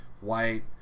white